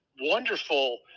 wonderful